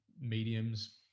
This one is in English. mediums